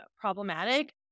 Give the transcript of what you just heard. problematic